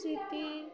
স্মৃতি